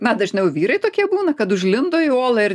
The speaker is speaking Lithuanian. na dažniau vyrai tokie būna kad užlindo į olą ir